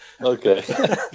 Okay